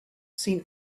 seen